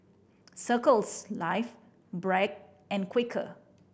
Circles Life Bragg and Quaker